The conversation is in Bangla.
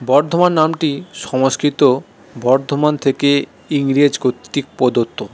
বর্ধমান নামটি সংস্কৃত বর্ধমান থেকে ইংরেজ কর্তৃক প্রদত্ত